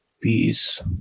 peace